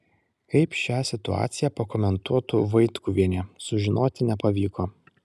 kaip šią situaciją pakomentuotų vaitkuvienė sužinoti nepavyko